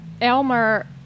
Elmer